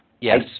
Yes